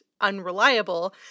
unreliable